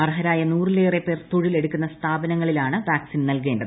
അർഹരായ നൂറിലേറെ പേർ തൊഴിലെടുക്കുന്ന സ്ഥാപനങ്ങളിലാണ് വാക്സിൻ നൽകേണ്ടത്